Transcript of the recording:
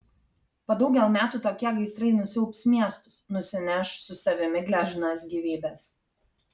po daugel metų tokie gaisrai nusiaubs miestus nusineš su savimi gležnas gyvybes